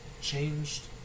changed